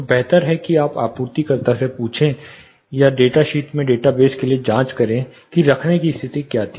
तो बेहतर है कि आप आपूर्तिकर्ता से पूछें या डेटा शीट में डेटा बेस के लिए जांच करें कि रखने की स्थिति क्या थी